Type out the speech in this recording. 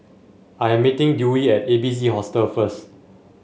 I am meeting Dewey at A B C Hostel first